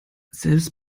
selbst